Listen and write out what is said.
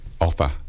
offer